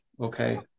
Okay